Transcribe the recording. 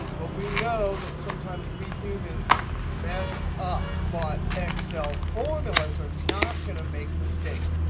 but we know that sometimes we humans mess up but excel formulas are not going to make mistakes.